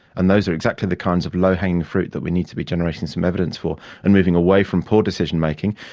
and those are exactly the kinds of low-hanging fruit that we need to be generating some evidence for and moving away from poor decision-making.